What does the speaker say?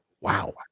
wow